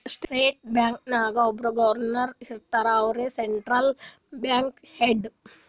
central bank ನಾಗ್ ಒಬ್ಬುರ್ governor ಇರ್ತಾರ ಅವ್ರೇ ಸೆಂಟ್ರಲ್ ಬ್ಯಾಂಕ್ದು ಹೆಡ್